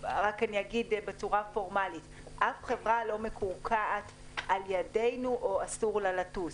אגיד בצורה פורמלית: אף חברה לא מקורקעת על ידינו או אסור לה לטוס.